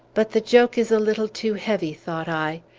but the joke is a little too heavy, thought i.